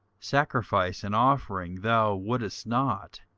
sacrifice and offering thou wouldest not,